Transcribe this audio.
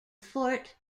fort